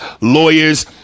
lawyers